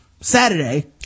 Saturday